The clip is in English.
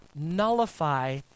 Nullify